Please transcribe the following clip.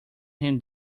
him